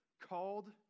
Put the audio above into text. Called